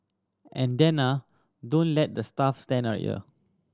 and then ah don't let the staff stand on here